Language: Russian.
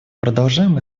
продолжаем